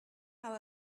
how